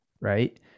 Right